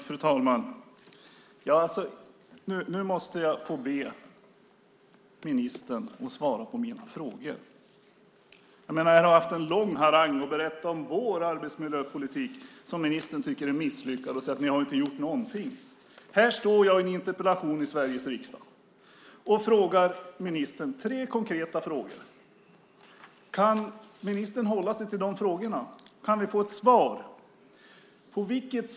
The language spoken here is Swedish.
Fru talman! Nu måste jag få be ministern att svara på mina frågor. Ministern drog en lång harang och berättade om vår arbetsmiljöpolitik, som han tycker är misslyckad. Han säger: Ni har inte gjort någonting. Här står jag i en interpellationsdebatt i Sveriges riksdag och ställer tre konkreta frågor till ministern. Kan ministern hålla sig till dessa frågor? Kan jag få ett svar?